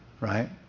right